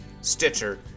Stitcher